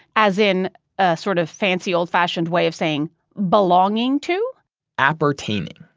as in a sort of fancy old fashioned way of saying belonging to appertaining.